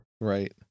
Right